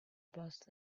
boss